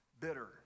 bitter